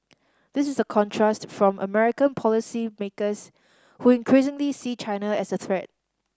this is a contrast from American policymakers who increasingly see China as a threat